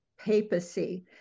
papacy